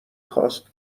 خواست